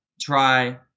try